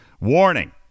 warning